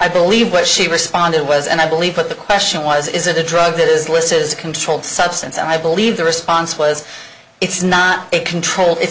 i believe what she responded was and i believe that the question was is it a drug that is listed as a controlled substance and i believe the response was it's not a controlled it's